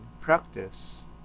practice